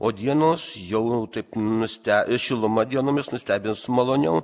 o dienos jau taip nuste šiluma dienomis nustebins maloniau